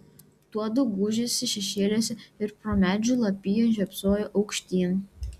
tuodu gūžėsi šešėliuose ir pro medžių lapiją žiopsojo aukštyn